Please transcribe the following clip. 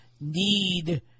need